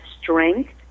strength